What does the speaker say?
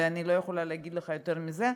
ואני לא יכולה להגיד לך יותר מזה,